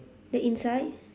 the inside